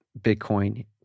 Bitcoin